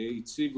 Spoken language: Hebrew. הוא יעשה